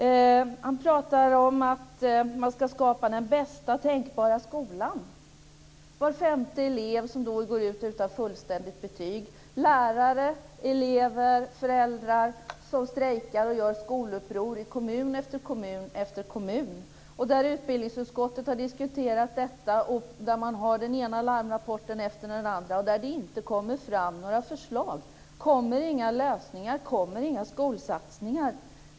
Han pratar om att man ska skapa den bästa tänkbara skolan. Var femte elev går ut utan fullständigt betyg. Lärare, elever och föräldrar strejkar och gör skoluppror i kommun efter kommun. Utbildningsutskottet har diskuterat detta. Det kommer den ena larmrapporten efter den andra, och det kommer inte fram några förslag. Det kommer inga lösningar och inga skolsatsningar.